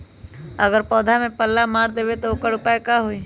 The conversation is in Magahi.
अगर पौधा में पल्ला मार देबे त औकर उपाय का होई?